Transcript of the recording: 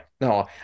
No